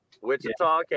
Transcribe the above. Wichita